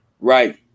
right